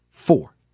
Four